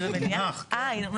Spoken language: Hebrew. זה מוכן בעצם?